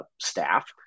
staff